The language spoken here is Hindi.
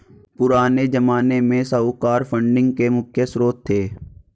पुराने ज़माने में साहूकार फंडिंग के मुख्य श्रोत थे